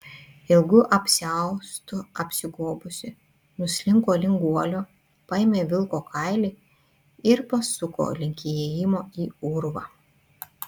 ilgu apsiaustu apsigobusi nuslinko link guolio paėmė vilko kailį ir pasuko link įėjimo į urvą